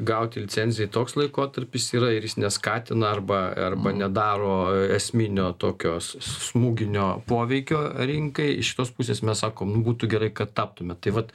gauti licencijai toks laikotarpis yra ir jis neskatina arba arba nedaro esminio tokios s smūginio poveikio rinkai iš kitos pusės mes sakom nu būtų gerai kad taptume tai vat